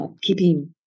keeping